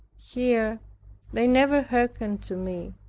here they never hearkened to me,